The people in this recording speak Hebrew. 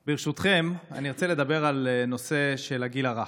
ברשותכם, ארצה לדבר על נושא הגיל הרך,